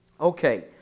Okay